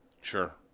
Sure